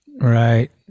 Right